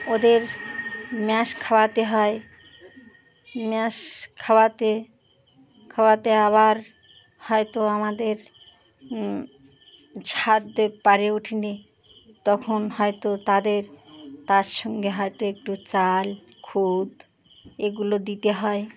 ওদের ম্যাশ খাওয়াতে হয় ম্যাশ খাওয়াতে খাওয়াতে আবার হয়তো আমাদের ছাদ পারে ওঠ নি তখন হয়তো তাদের তার সঙ্গে হয়তো একটু চাল খুদ এগুলো দিতে হয়